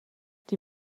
die